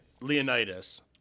Leonidas